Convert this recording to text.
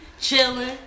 chilling